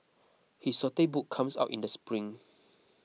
his saute book comes out in the spring